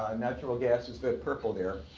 um natural gas is the purple there.